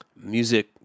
music